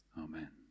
Amen